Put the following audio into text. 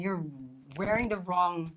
you're wearing the wrong